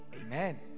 Amen